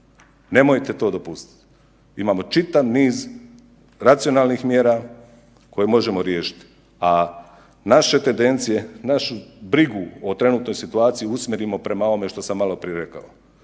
Nemojte to dopustiti, imamo čitav niz racionalnih mjera koje možemo riješiti. A naše tendencije, našu brigu o trenutnoj situaciji usmjerimo prema ovome što sam maloprije rekao,